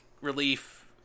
relief